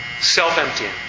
self-emptying